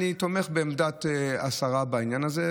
אני תומך בעמדת השרה בעניין הזה,